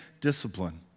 discipline